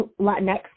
Latinx